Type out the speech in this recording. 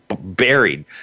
buried